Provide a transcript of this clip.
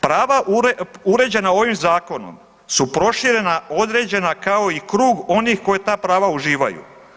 Prava uređena ovim zakonom su proširena, određena kao i krug onih koji ta prava uživaju.